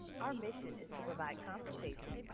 our mission is to provide compensation